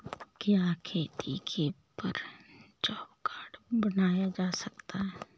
क्या खेती पर जॉब कार्ड बनवाया जा सकता है?